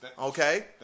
Okay